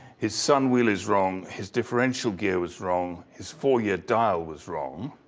his son will is wrong, his differential gear was wrong. his four year dial was wrong.